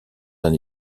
d’un